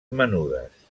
menudes